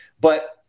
but-